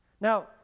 Now